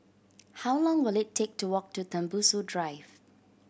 how long will it take to walk to Tembusu Drive